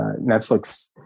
Netflix